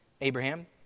Abraham